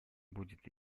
будет